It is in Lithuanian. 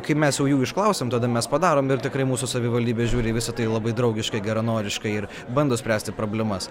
kai mes jau jų išklausiam tada mes padarom ir tikrai mūsų savivaldybė žiūri į visa tai labai draugiškai geranoriškai ir bando spręsti problemas